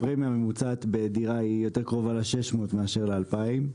הפרמיה הממוצעת בדירה יותר קרובה ל-600 ₪ מאשר ל-2,000 ₪.